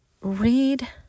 read